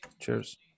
Cheers